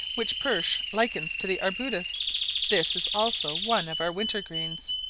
which pursh likens to the arbutus this is also one of our winter-greens.